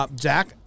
Zach